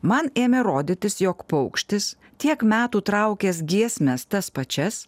man ėmė rodytis jog paukštis tiek metų traukęs giesmes tas pačias